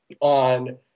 on